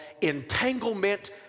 entanglement